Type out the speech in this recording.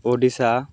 Odisha